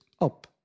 up